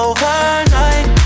Overnight